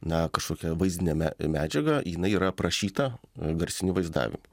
na kažkokia vaizdinė me medžiaga jinai yra aprašyta garsiniu vaizdavimu